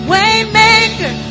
Waymaker